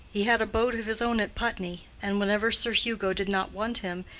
he had a boat of his own at putney, and whenever sir hugo did not want him,